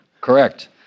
Correct